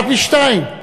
אחת משתיים: